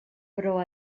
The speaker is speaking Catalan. però